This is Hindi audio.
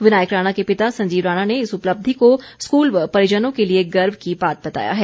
विनायक राणा के पिता संजीव राणा ने इस उपलब्धि को स्कूल व परिजनों के लिए गर्व की बात बताया है